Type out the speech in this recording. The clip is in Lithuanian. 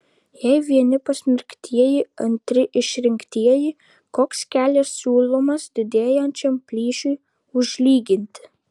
jei vieni pasmerktieji antri išrinktieji koks kelias siūlomas didėjančiam plyšiui užlyginti